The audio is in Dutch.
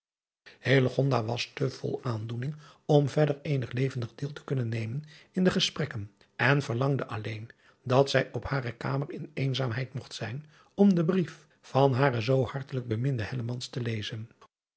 was te vol aandoening om verder eenig levendig deel te kunnen nemen in de gesprekken en verlangde alleen dat zij op hare kamer in eenzaamheid mogt zijn om den brief van haren zoo hartelijk beminden te lezen